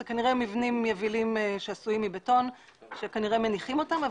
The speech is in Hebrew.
זה כנראה מבנים יבילים שעשויים מבטון שכנראה מניחים אותם.